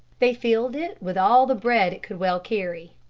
they filled it with all the bread it could well carry.